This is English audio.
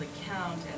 count